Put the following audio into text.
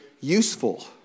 useful